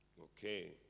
Okay